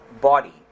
body